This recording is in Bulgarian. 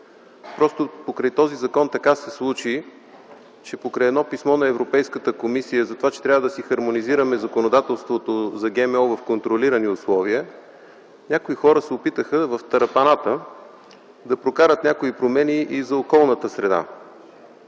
вид. Покрай този закон се случи така, че покрай едно писмо на Европейската комисия за това, че трябва да си хармонизираме законодателството за ГМО в контролирани условия, някои хора се опитаха в тарапаната да прокарат някои промени и за околната среда.